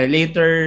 Later